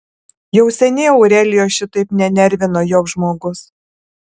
jau seniai aurelijos šitaip nenervino joks žmogus